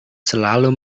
selalu